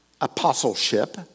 apostleship